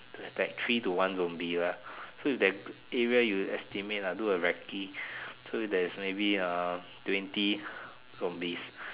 there's like three to one zombie lah so that area you estimate lah do a racky so there's maybe uh twenty zombies